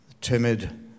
Timid